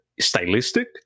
stylistic